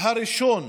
הראשון